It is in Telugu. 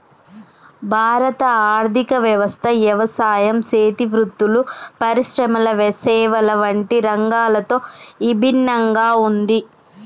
భారత ఆర్థిక వ్యవస్థ యవసాయం సేతి వృత్తులు, పరిశ్రమల సేవల వంటి రంగాలతో ఇభిన్నంగా ఉంది